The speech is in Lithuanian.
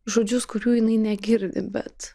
žodžius kurių jinai negirdi bet